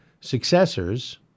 successors